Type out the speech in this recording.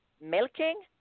milking